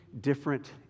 different